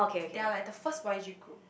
they are like the first Y_G group